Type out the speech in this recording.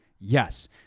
Yes